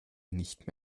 nicht